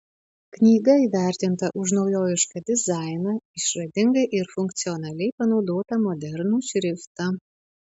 knyga įvertinta už naujovišką dizainą išradingai ir funkcionaliai panaudotą modernų šriftą